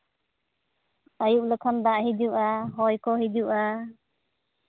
ᱟᱹᱭᱩᱵ ᱞᱮᱠᱷᱟᱱ ᱫᱟᱜ ᱦᱤᱡᱩᱜᱼᱟ ᱦᱚᱭ ᱠᱚ ᱦᱤᱡᱩᱜᱼᱟ